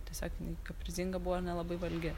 tiesiog jinai kaprizinga buvo ir nelabai valgi